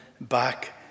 back